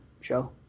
show